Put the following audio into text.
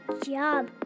job